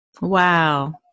wow